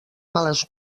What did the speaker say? males